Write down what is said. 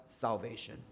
salvation